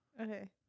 Okay